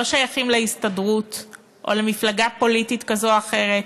לא שייכים להסתדרות או למפלגה פוליטית כזו או אחרת,